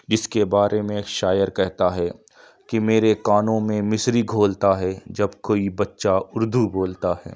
جس کے بارے میں ایک شاعر کہتا ہے کہ میرے کانوں میں مصری گھولتا ہے جب کوئی بچہ اُردو بولتا ہے